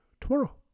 tomorrow